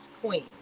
Queen